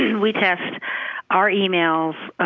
we test our emails.